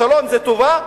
השלום זה טובה?